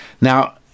Now